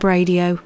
Radio